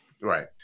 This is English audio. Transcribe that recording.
right